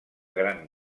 gran